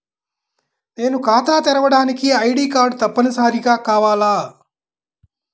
నేను ఖాతా తెరవడానికి ఐ.డీ కార్డు తప్పనిసారిగా కావాలా?